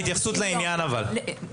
אבל התייחסות לעניין, כן.